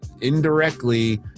indirectly